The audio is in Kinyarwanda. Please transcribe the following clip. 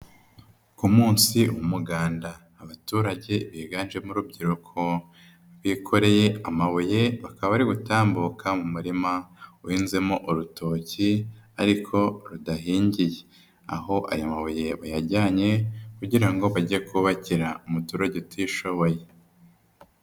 Ku munsi w'umuganda abaturage biganjemo urubyiruko bikoreye amabuye bakaba bari gutambuka mu murima uhinzemo urutoki ariko rudahingiye, aho ayo mabuye bayajyanye kugira ngo bajye kubakira umuturage utishoboye.